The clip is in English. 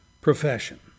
profession